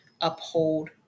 uphold